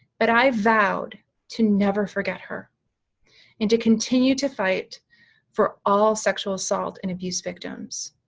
but i vowed to never forget her and to continue to fight for all sexual assault and abuse victims,